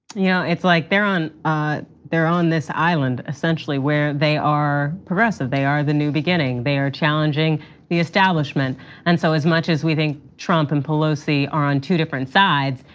you know it's like they're on they're on this island essentially where they are progressive. they are the new beginning. they are challenging the establishment and so as much as we think trump and pelosi are on two different sides,